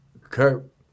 Kurt